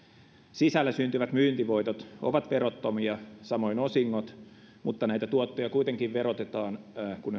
sisällä syntyvät myyntivoitot ovat verottomia samoin osingot mutta näitä tuottoja kuitenkin verotetaan kun